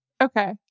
Okay